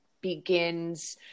begins